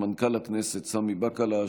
מנכ"ל הכנסת סמי בקלש,